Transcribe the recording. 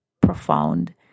profound